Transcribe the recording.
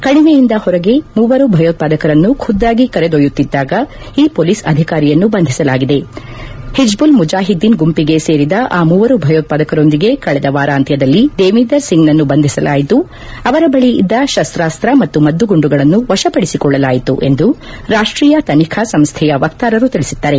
ಕಣಿವೆಯಿಂದ ಹೊರಗೆ ಮೂವರು ಭಯೋತ್ಪಾದಕರನ್ನು ಖುದ್ಗಾಗಿ ಕರೆದೊಯ್ಯುತ್ತಿದ್ಗಾಗ ಈ ಪೊಲೀಸ್ ಅಧಿಕಾರಿಯನ್ನು ಬಂಧಿಸಲಾಗಿದೆ ಹಿಜ್ಬುಲ್ ಮುಜಾಹಿದ್ದೀನ್ ಗುಂಪಿಗೆ ಸೇರಿದ ಆ ಮೂವರು ಭಯೋತ್ಸಾದಕರೊಂದಿಗೆ ಕಳೆದ ವಾರಾಂತ್ಯದಲ್ಲಿ ದೇವೀಂದರ್ ಸಿಂಗ್ನನ್ನು ಬಂಧಿಸಲಾಯಿತು ಅವರ ಬಳಿ ಇದ್ದ ಶಸ್ತಾಸ್ತ್ರ ಮತ್ತು ಮದ್ದುಗುಂಡುಗಳನ್ನು ವಶಪಡಿಸಿಕೊಳ್ಳಲಾಯಿತು ಎಂದು ರಾಷ್ಟೀಯ ತನಿಖಾ ಸಂಸ್ದೆಯ ವೆಕ್ತಾರರು ತಿಳಿಸಿದ್ದಾರೆ